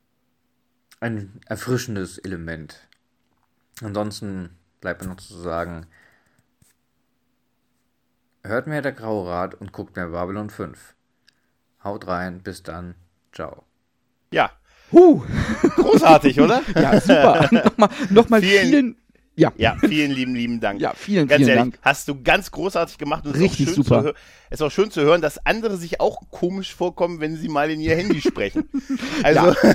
ein erfrischendes Element. Ansonsten bleibt mir noch zu sagen, hört mir der Graue Rat und guckt mir Babylon 5. Haut rein, bis dann. Ciao. Ja. Huh. Großartig, oder? Ja, super. Nochmal- nochmal Vielen- vielen- ja. Ja, vielen lieben, lieben Dank. Ja, vielen, Ganz vielen ehrlich, Dank. hast du ganz großartig gemacht und es ist auch Richtig schön zu super. hö- es ist auch schön zu hören, dass andere sich auch komisch vorkommen, wenn sie mal in ihr Handy sprechen. Also- Ja.